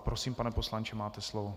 Prosím, pane poslanče, máte slovo.